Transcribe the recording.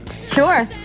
Sure